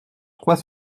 trois